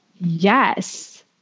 Yes